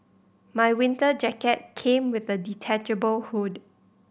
my winter jacket came with a detachable hood